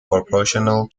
proportional